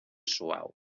suau